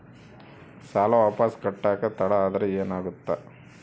ಸಾಲ ವಾಪಸ್ ಕಟ್ಟಕ ತಡ ಆದ್ರ ಏನಾಗುತ್ತ?